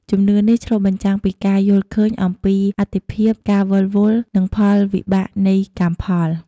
ជំនឿនេះឆ្លុះបញ្ចាំងពីការយល់ឃើញអំពីអត្ថិភាព ការវិលវល់ និងផលវិបាកនៃកម្មផល។